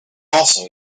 also